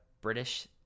British